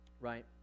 right